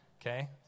okay